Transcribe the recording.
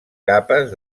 capes